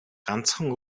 ганцхан